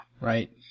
right